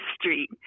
street